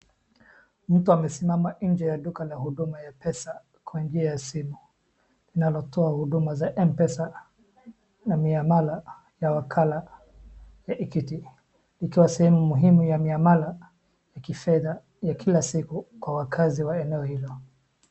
Mtu amesimama nje ya duka ya huduma ya pesa kwa njia ya simu linalotoa huduma za Mpesa na miamala ya wakala ya Equity ikiwa sehemu muhimu ya miamala ya kifedha ya kila siku ya wakazi wa eneo hilo.